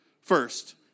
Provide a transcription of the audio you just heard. first